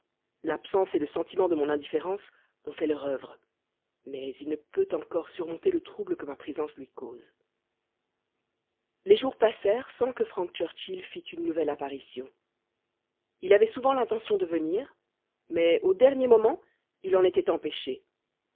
l'absence et le sentiment de mon indifférence ont fait leur œuvre mais il ne peut encore surmonter le trouble que ma présence lui cause les jours passèrent sans que frank churchill fit une nouvelle apparition il avait souvent l'intention de venir mais au dernier moment il en était empêché